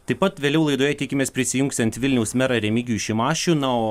taip pat vėliau laidoje tikimės prisijungsiant vilniaus merą remigijų šimašių na o